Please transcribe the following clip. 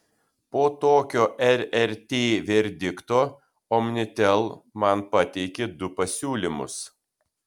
po tokio rrt verdikto omnitel man pateikė du pasiūlymus